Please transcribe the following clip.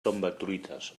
tombatruites